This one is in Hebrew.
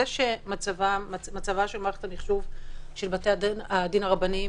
זה שמצבה של מערכת המחשוב של בתי-הדין הרבניים,